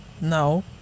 No